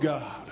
God